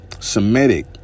Semitic